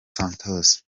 santos